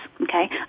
okay